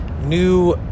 new